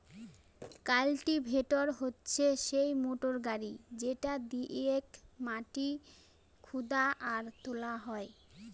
cultivator হচ্ছে সেই motor গাড়ি যেটা দিয়েক মাটি খুদা আর তোলা হয়